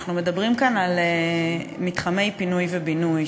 אנחנו מדברים כאן על מתחמי פינוי ובינוי,